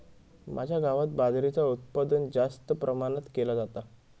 माझ्या गावात बाजरीचा उत्पादन जास्त प्रमाणात केला जाता